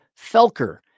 Felker